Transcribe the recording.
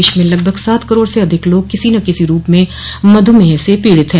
देश में लगभग सात करोड़ से अधिक लोग किसी न किसी रूप में मधुमेह से पीड़ित है